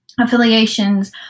affiliations